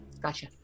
Gotcha